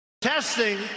Testing